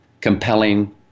compelling